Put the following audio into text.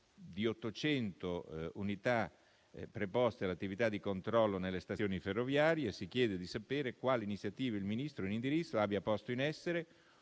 di 800 unità preposte all'attività di controllo nelle stazioni ferroviarie, si chiede di sapere quali iniziative il Ministro in indirizzo abbia posto in essere